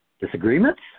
disagreements